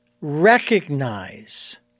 recognize